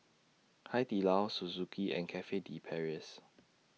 Hai Di Lao Suzuki and Cafe De Paris